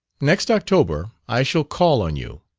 next october i shall call on you,